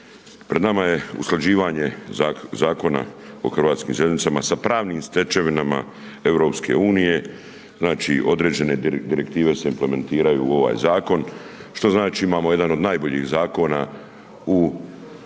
Pred nama je usklađivanje zakona o Hrvatskim željeznicama, sa pravnim stečevinama EU, znači određene direktive se implementiraju u ovaj zakon, što znači, imamo jedan od najboljih zakona u svijetu,